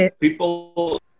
people